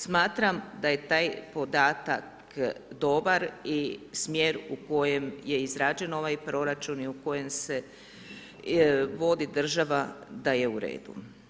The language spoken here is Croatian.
Smatram da je taj podatak dobar i smjer u kojem je izrađen ovaj proračun i u kojem se vodi država da je u redu.